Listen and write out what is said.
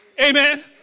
Amen